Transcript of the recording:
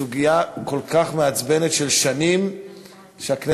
זו סוגיה כל כך מעצבנת של שנים, נכון.